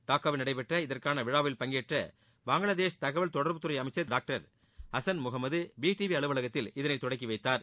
டாக்காவில் நடைபெற்ற இதற்கான விழாவில் பங்கேற்ற பங்களாதேஷ் தகவல் தொடர்புத்துறை அமைச்சர் doctor Hasan Muhammad B TV அலுவலகத்தில் இதனைத் தொடங்கி வைத்தார்